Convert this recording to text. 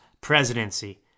presidency